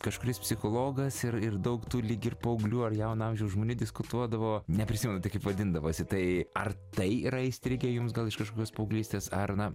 kažkuris psichologas ir ir daug tų lyg ir paauglių ar jauno amžiaus žmonių diskutuodavo neprisimenu tik kaip vadindavosi tai ar tai yra įstrigę jums gal iš kažkokios paauglystės ar na